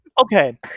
okay